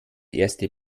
erste